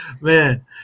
man